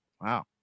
Wow